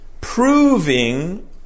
proving